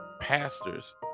pastors